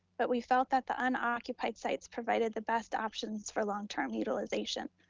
but we felt that the unoccupied sites provided the best options for long-term utilization,